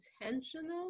intentional